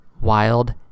wild